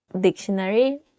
Dictionary